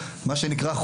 מה שנקרא,